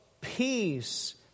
peace